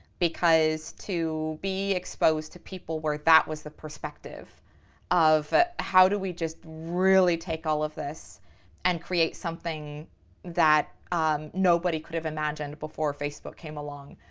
because to be exposed to people where that was the perspective of how do we just really take all of us and create something that um nobody could have imagined before facebook came along,